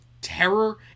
terror